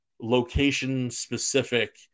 location-specific